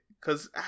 Cause